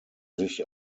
sich